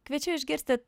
kviečiu išgirsti